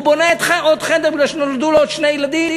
הוא בונה עוד חדר כי נולדו לו עוד שני ילדים,